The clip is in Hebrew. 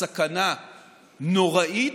הסכנה נוראית,